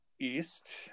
East